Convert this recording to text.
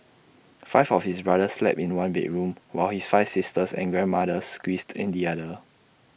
five of his brothers slept in one bedroom while his five sisters and grandmother squeezed in the other